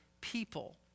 people